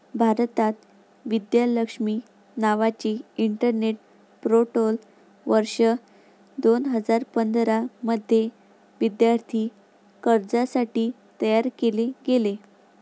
भारतात, विद्या लक्ष्मी नावाचे internet portal वर्ष दोन हजार पंधरा मध्ये विद्यार्थी कर्जासाठी तयार केले गेले